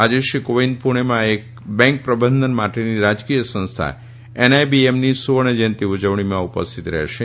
આજે શ્રી કોવિંદ પુનેમાં બેંક પ્રબંધન માટેની રાજકીય સંસ્થા એનઆઇબીએમની સુવર્ણ જયંતી ઉજવણીમાં ઉપસ્થિત રહેશે